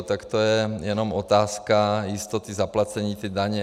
Tak to je jenom otázka jistoty zaplacení té daně.